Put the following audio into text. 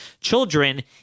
children